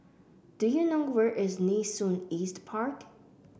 do you know where is Nee Soon East Park